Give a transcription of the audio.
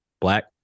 black